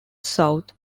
south